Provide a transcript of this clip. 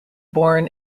born